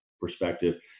perspective